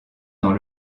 dans